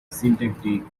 syntactic